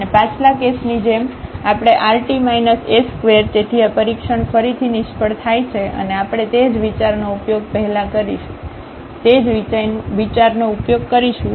અને પાછલા કેસની જેમ આપણે rt s2 તેથી આ પરીક્ષણ ફરીથી નિષ્ફળ થાય છે અને આપણે તે જ વિચારનો ઉપયોગ પહેલા કરીશું તે જ વિચારનો ઉપયોગ કરીશું